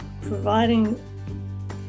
providing